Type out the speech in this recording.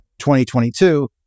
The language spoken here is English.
2022